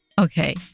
Okay